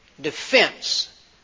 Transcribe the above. defense